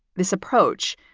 this approach,